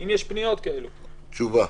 תשובה.